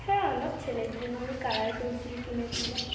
হ্যাঁ আমার ছেলের জন্য আমি কালার পেনসিল কিনেছিলাম